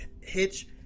Hitch